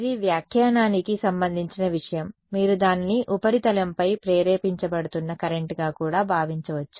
ఇది వ్యాఖ్యానానికి సంబంధించిన విషయం మీరు దానిని ఉపరితలంపై ప్రేరేపించబడుతున్న కరెంట్గా కూడా భావించవచ్చు